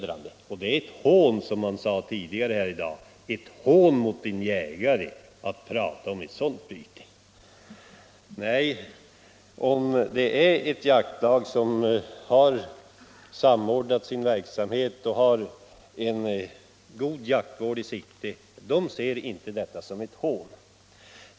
Man sade tidigare i dag att det skulle vara ett hån mot en jägare att tala om att han fällt ett sådant byte. Men ett jaktlag som har samordnat sin verksamhet och har en god jaktvård i sikte ser inte detta som ett hån.